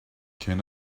can